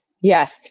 yes